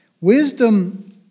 Wisdom